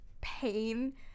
pain